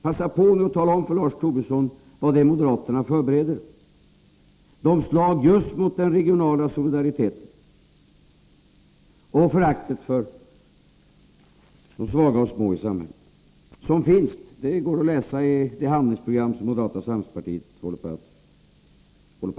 Passa på nu och tala om för Lars Tobisson vad det är moderaterna förbereder — de slag mot den regionala solidariteten och det förakt för de svaga och små i samhället som man kan utläsa i det handlingsprogram som moderata samlingspartiet håller på att anta.